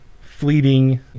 fleeting